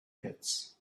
pits